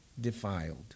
Defiled